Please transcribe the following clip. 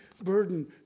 burden